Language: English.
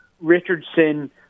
Richardson